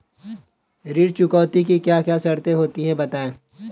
ऋण चुकौती की क्या क्या शर्तें होती हैं बताएँ?